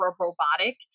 robotic